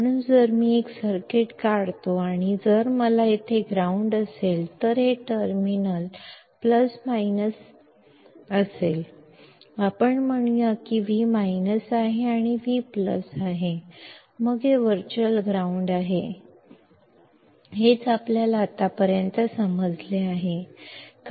म्हणून जर मी एक सर्किट काढतो आणि जर मला येथे ग्राउंड असेल तर हे टर्मिनल वजा आणि प्लस आपण म्हणूया की हे V आहे हे Vआहे मग हे वर्चुअल ग्राउंड आहे कारण हे ग्राउंड आहे हेच आपल्याला आतापर्यंत समजले आहे